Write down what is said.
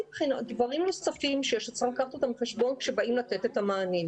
דברים נוספים שצריך לקחת אותם בחשבון כשבאים לתת את המענים,